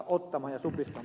arvoisa puhemies